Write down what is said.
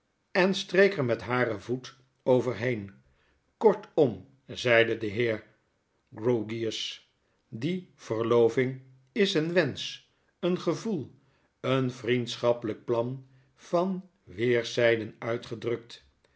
en streek er met haren voet overheen kortom zeide de heer grewgious die verloving is een wensch een gevoel een vriendschappelijk plan van weerszyden uitgedrukt